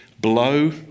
blow